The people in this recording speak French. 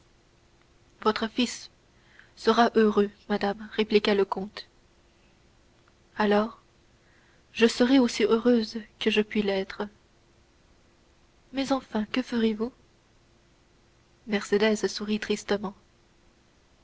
votre fils sera heureux madame répéta le comte alors je serai aussi heureuse que je puis l'être mais enfin que ferez-vous mercédès sourit tristement